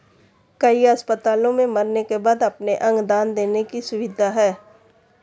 कई अस्पतालों में मरने के बाद अपने अंग दान देने की सुविधा है